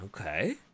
Okay